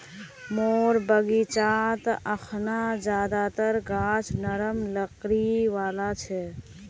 मोर बगीचात अखना ज्यादातर गाछ नरम लकड़ी वाला छ